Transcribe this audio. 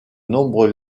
nombreux